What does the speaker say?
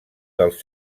dels